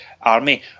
army